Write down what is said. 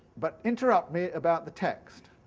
but interrupt me about the text.